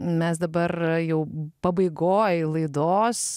mes dabar jau pabaigoj laidos